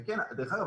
דרך אגב,